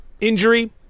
injury